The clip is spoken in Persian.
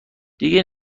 دیگه